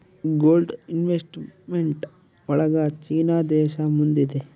gold investment ಒಳಗ China ದೇಶ ಮುಂದಿದೆ